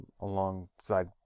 alongside